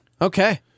Okay